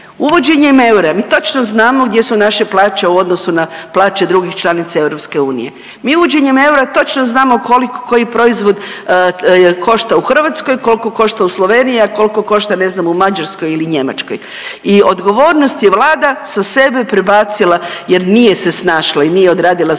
Uvođenjem eura mi točno znamo gdje su naše plaće u odnosu na plaće drugih članica EU. Mi uvođenjem eura koliko koji proizvod košta u Hrvatskoj, koliko košta u Sloveniji, a koliko košta, ne znam, u Mađarskoj ili Njemačkoj i odgovornost je Vlada sa sebe prebacila jer nije se snašla i nije odradila sve